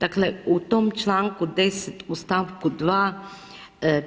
Dakle u tom članku 10. u stavku 2.